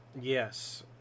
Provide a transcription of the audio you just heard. Yes